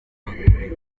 kure